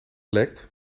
lekt